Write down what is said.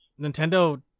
nintendo